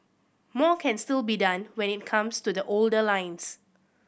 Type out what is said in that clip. more can still be done when it comes to the older lines